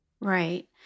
Right